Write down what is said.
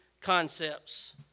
concepts